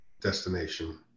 destination